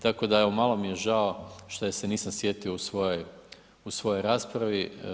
Tako da evo malo mi je žao što je se nisam sjetio u svojoj raspravi.